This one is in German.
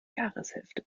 jahreshälfte